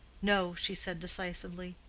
no, she said decisively.